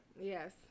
Yes